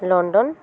London